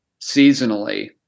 seasonally